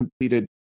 completed